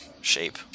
shape